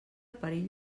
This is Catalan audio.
perill